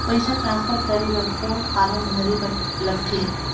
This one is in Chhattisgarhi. पईसा ट्रांसफर करे बर कौन फारम भरे बर लगथे?